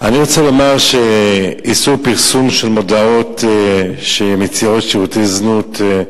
אני רוצה לומר שאיסור פרסום של מודעות שמציעות שירותי זנות,